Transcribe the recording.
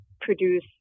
produce